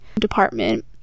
department